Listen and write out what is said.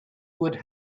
would